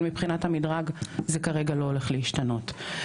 אבל מבחינת המדרג זה כרגע לא הולך להשתנות.